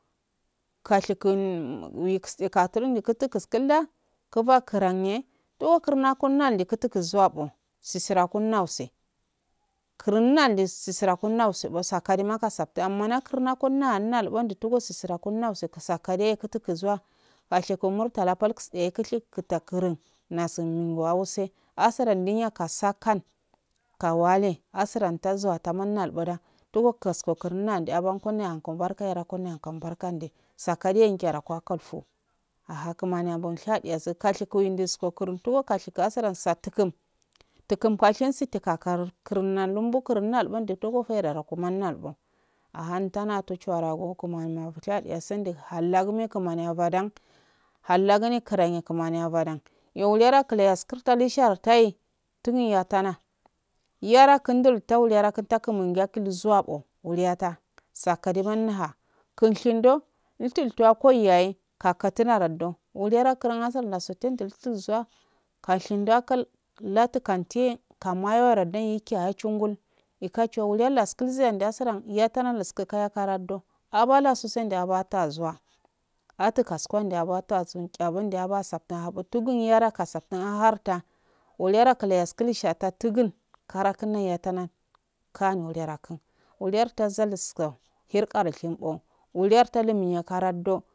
Kashikun wiski katurndi kutu kuskulda kuba kuranye to kurna konnade kutuzuwa sisira kannantse kurannal sisira kunnanse sakane ma kasaftin amanakurma konna togo sisira kumma sakode kutu kuzawa gasheko murltala pal kutse kushik kuta kurma nashum minya wuse asadan ndenyaka sakan kawale asran tazuwa tau nalboda togo kasko kurunal naude abankane barka yaran kune yanko bankande sakode yaye nchara kwa kalfo aha kumaniya bon shadiyashu kashikoyi ndusko kuruutugo kashiku asaran satukan takum pal sensi tukam kurum nan dokurum nalbonde togo feida rako man nalbo ahantana ta chuwarago kumaniyafo shadi yasundi hallagugno kunani ya badab halle gne karanye kumani yabadan yeu walara klayasku ta lai shartayi tungi yatone yara kundul tauwyara karn takuma ngi yakumbi yakul zuwabo wawyata sakaleman ha kulshindo ultulto a koiyahe ka katunara do uliyaran kula asan lasoltaiye wultan kashinda kal latukante kam mayawara dan yikiyaya chugul ikachuwalle laskulziya yasudan yatanal lusku kaya karagdo abalaso senala butazura atuqanchenda batoson cha abunde yaba saftiu a habu tugun yara saftin aharta wuliyara kalayas ku loohata tugal kara kamma yatan kana wuliya kun walo yasta zalisko her gari shimbo wuliya lemiya karaddo.